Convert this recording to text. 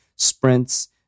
sprints